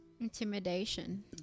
Intimidation